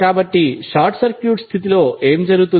కాబట్టి short circuit స్థితిలో ఏమి జరుగుతుంది